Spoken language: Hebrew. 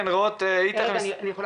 יש לנו